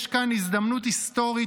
יש כאן הזדמנות היסטורית,